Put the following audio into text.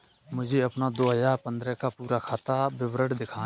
मुझे अपना दो हजार पन्द्रह का पूरा खाता विवरण दिखाएँ?